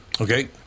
Okay